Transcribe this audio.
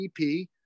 EP